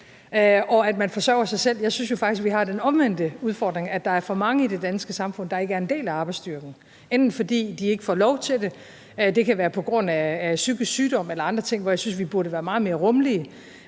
og at man forsørger sig selv. Jeg synes jo faktisk, at vi har den omvendte udfordring, nemlig at der er for mange i det danske samfund, der ikke er en del af arbejdsstyrken, enten fordi de ikke får lov til det – det kan være på grund af psykisk sygdom eller andre ting, hvor jeg synes vi burde være meget mere rummelige